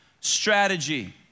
strategy